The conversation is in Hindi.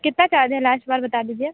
कितना चार्ज है लास्ट बार बता दीजिए